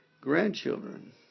grandchildren